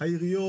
העיריות,